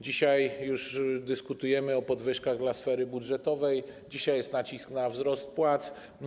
Dzisiaj dyskutujemy o podwyżkach dla sfery budżetowej, jest nacisk na wzrost płac.